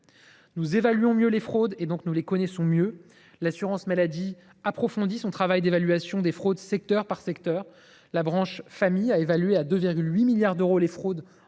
Nous évaluons mieux les fraudes ; nous les connaissons donc mieux. L’assurance maladie approfondit son travail d’évaluation des fraudes secteur par secteur. La branche famille a évalué à 2,8 milliards d’euros les fraudes